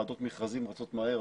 ועדות מכרזים רץ מהר.